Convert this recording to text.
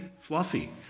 fluffy